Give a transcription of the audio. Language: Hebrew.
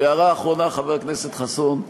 והערה אחרונה, חבר הכנסת חסון,